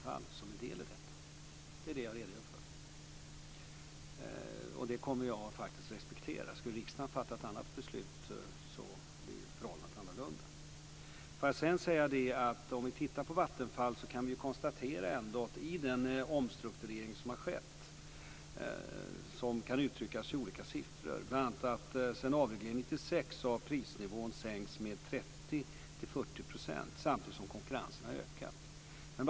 Det är detta jag redogör för. Jag kommer faktiskt att respektera det beslutet. Om riksdagen skulle fatta ett annat beslut blir förhållandena annorlunda. Den omstrukturering som har skett kan uttryckas i olika siffror. Bl.a. har prisnivån sänkts med 30-40 % sedan avregleringen 1996 samtidigt som konkurrensen har ökat.